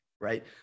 right